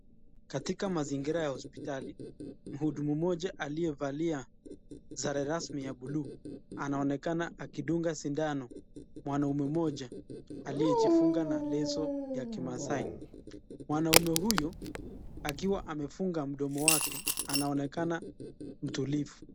Katika mazingira ya hospitali, mhudumu mmoja aliyevalia sare rasmi ya buluu anaonekana akidunga sindano mwanaume mmoja aliyejifunga na leso ya kimaasai . Mwanaume huyu akiwa amefunga mdomo wake anaonekana mtulivu.